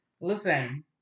listen